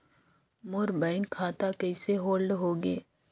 मोर bank खाता कइसे hold होगे?